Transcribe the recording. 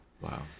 Wow